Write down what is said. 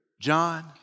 john